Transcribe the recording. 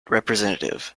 representative